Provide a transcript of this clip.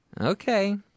Okay